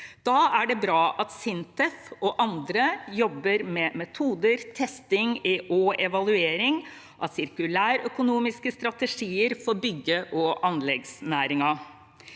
Da er det bra at SINTEF og andre jobber med metoder, testing og evaluering av sirkulærøkonomiske strategier for bygge- og anleggsnæringen.